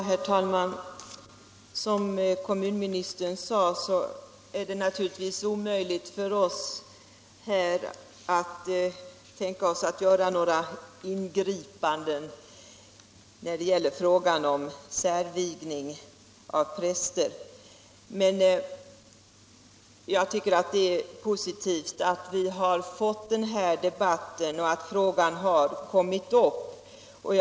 Herr talman! Som kommunministern sade är det naturligtvis omöjligt för oss som sitter här att tänka oss att göra några ingripanden när det gäller frågan om särvigning av präster, men jag tycker det är positivt att frågan har kommit upp och att vi har fått den här debatten.